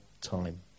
time